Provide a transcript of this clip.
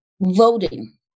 Voting